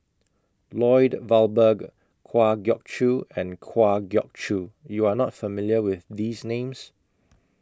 Lloyd Valberg Kwa Geok Choo and Kwa Geok Choo YOU Are not familiar with These Names